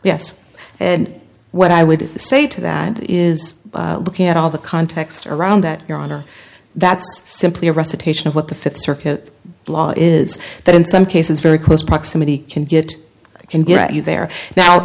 yes and what i would say to that is looking at all the context around that your honor that's simply a recitation of what the fifth circuit law is that in some cases very close proximity can get can get you there